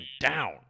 down